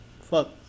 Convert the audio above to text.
fuck